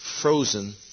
frozen